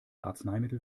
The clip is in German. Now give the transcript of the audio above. arzneimittel